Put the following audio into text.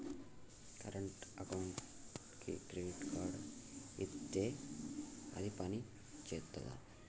Current అకౌంట్కి credit card ఇత్తే అది పని చేత్తదా?